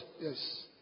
Yes